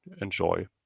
enjoy